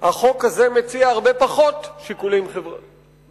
החוק הזה מציע הרבה פחות שיקולים חברתיים.